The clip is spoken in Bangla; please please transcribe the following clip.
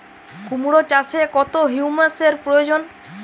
কুড়মো চাষে কত হিউমাসের প্রয়োজন?